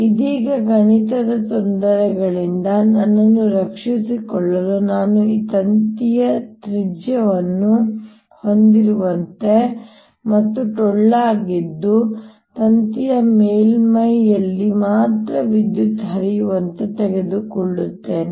ಇದೀಗ ಗಣಿತದ ತೊಂದರೆಗಳಿಂದ ನನ್ನನ್ನು ರಕ್ಷಿಸಿಕೊಳ್ಳಲು ನಾನು ಈ ತಂತಿಯನ್ನು ತ್ರಿಜ್ಯವನ್ನು ಹೊಂದಿರುವಂತೆ ಮತ್ತು ಟೊಳ್ಳಾಗಿದ್ದು ತಂತಿಯ ಮೇಲ್ಮೈಯಲ್ಲಿ ಮಾತ್ರ ವಿದ್ಯುತ್ ಹರಿಯುವಂತೆ ತೆಗೆದುಕೊಳ್ಳುತ್ತೇನೆ